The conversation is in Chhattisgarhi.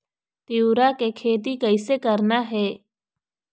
तिऊरा के खेती कइसे करना हे?